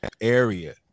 area